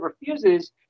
refuses